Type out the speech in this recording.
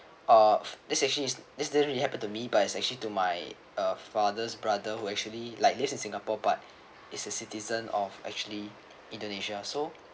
uh this actually is this didn't really happen to me but is actually to my uh father's brother who actually like lives in singapore but is a citizen of actually indonesia so